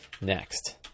next